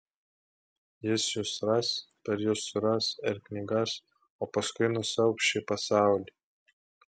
jis jus suras per jus suras ir knygas o paskui nusiaubs šį pasaulį